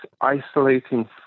isolating